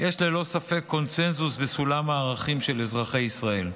יש ללא ספק קונסנזוס בסולם הערכים של אזרחי ישראל.